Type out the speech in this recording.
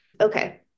Okay